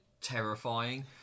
terrifying